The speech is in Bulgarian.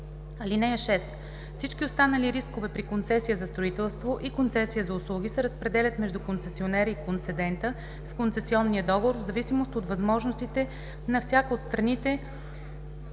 (6) Всички останали рискове при концесия за строителство и концесия за услуги се разпределят между концесионера и концедента с концесионния договор в зависимост от възможностите на всяка от страните